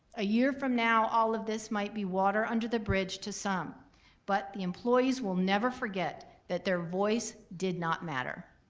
a year from now, all of this might be water under the bridge to some but the employees will never forget that their voice did not matter.